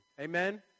Amen